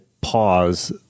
pause